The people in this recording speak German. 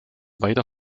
weiter